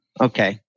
Okay